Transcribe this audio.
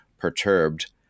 perturbed